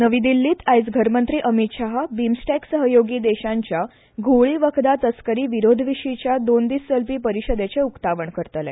नवी दिल्लींत आयज घर मंत्री अमीत शाह बीमस्टेक सहयोगी देशांच्या घूंवळी वखदां तस्करी विरोधा विशींच्या दोन दीस चलपी परिशदचें उक्ताण करतले